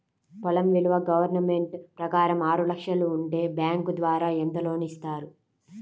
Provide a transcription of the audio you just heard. పొలం విలువ గవర్నమెంట్ ప్రకారం ఆరు లక్షలు ఉంటే బ్యాంకు ద్వారా ఎంత లోన్ ఇస్తారు?